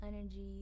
energy